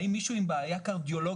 האם מישהו עם בעיה קרדיולוגית,